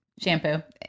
Shampoo